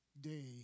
day